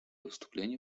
выступления